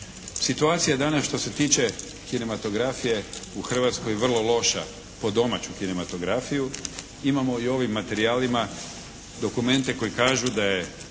Situacija je danas što se tiče kinematografije u hrvatskoj vrlo loša po domaću kinematografiju. Imamo i u ovim materijalima dokumente koji kažu da je